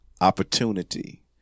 opportunity